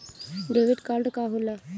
Debit card का होला?